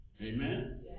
Amen